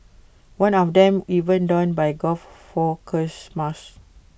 one of them even donned by guy Fawkes mask